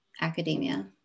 academia